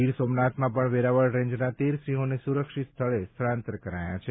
ગીર સોમનાથમાં પણ વેરાવળ રેન્જના તેર સિંહોને સુરક્ષિત સ્થળે સ્થળાંતર કરાયા છે